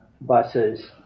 buses